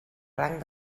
rang